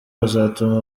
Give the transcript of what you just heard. buzatuma